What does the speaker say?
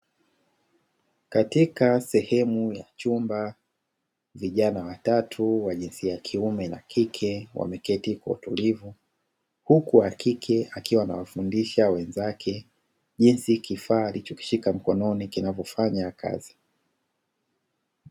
Katika sehemu ya chumba vijana watatu wa jinsi ya kiume na kike waneketi kwa utulivu, huku wakike akiwa anawafundisha wenzake jinsi kifaa alicho kishika mkononi kinavyofanya kazi.